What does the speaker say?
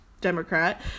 democrat